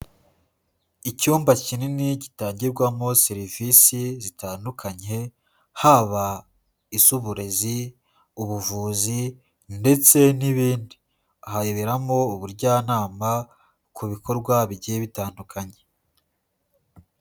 Icyumba kinini gitangirwamo serivisi zitandukanye, haba iz'uburezi, ubuvuzi ndetse n'ibindi, aha habera ubujyanama ku bikorwa bigiye bitandukanye.